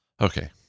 Okay